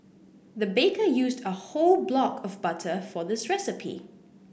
the baker used a whole block of butter for this recipe